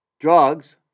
drugs